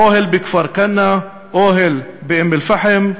אוהל בכפר-כנא, אוהל באום-אלפחם,